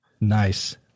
nice